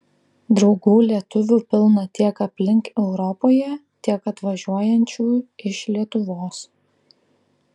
draugų lietuvių pilna tiek aplink europoje tiek atvažiuojančių iš lietuvos